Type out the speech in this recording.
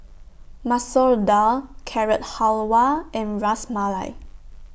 Masoor Dal Carrot Halwa and Ras Malai